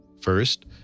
First